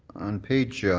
on page yeah